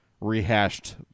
rehashed